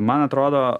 man atrodo